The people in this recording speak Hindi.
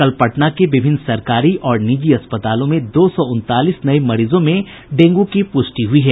कल पटना के विभिन्न सरकारी और निजी अस्पतालों में दो सौ उनतालीस नये मरीजों में डेंगू की प्रष्टि हई है